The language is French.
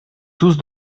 tous